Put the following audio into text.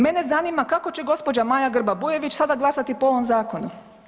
Mene zanima kako će gospođa Maja Grba Bujević sada glasati po ovom zakonu?